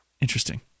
Interesting